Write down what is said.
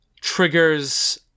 triggers